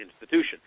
institution